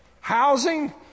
housing